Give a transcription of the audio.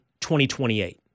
2028